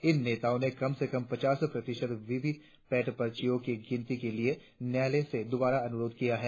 इन नेताओं ने कम से कम पचास प्रतिशत वीवी पैट पर्चियों की गिनती के लिए न्यायालय से दोबारा अनुरोध किया है